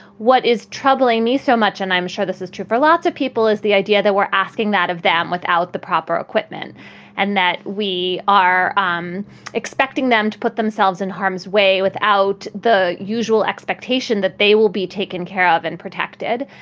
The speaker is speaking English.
what is troubling me so much, and i'm sure this is true for lots of people is the idea that we're asking that of them without the proper equipment and that we are um expecting them to put themselves in harm's way without the usual expectation that they will be taken care of and protected.